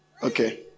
Okay